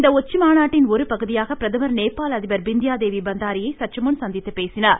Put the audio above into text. இந்த உச்சிமாநாட்டின் ஒரு பகுதியாக பிரதமர் நேபாள அதிபர் பித்யா தேவி பந்தாரியை சற்றுமுன் சந்தித்து பேசினார்